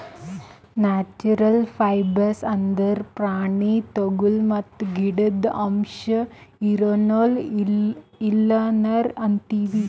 natural fibres ಅಂದ್ರ ಪ್ರಾಣಿ ತೊಗುಲ್ ಮತ್ತ್ ಗಿಡುದ್ ಅಂಶ್ ಇರೋ ನೂಲ್ ಇಲ್ಲ ನಾರ್ ಅಂತೀವಿ